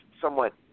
somewhat